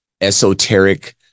esoteric